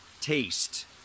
taste